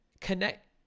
connect